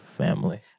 family